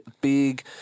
big